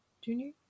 junior